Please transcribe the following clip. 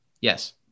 Yes